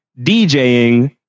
DJing